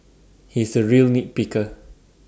he is A real nit picker